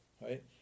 right